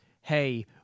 hey